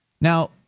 Now